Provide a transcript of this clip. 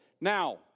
Now